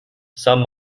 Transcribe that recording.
some